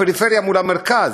בפריפריה מול המרכז,